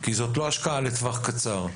כי זאת לא השקעה לטווח קצר.